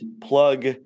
plug